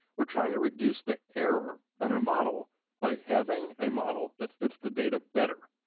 we're trying to reduce the error on our model by having a model that fits the data better.